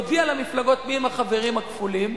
יודיע למפלגות מיהם החברים הכפולים.